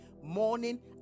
morning